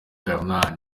bernard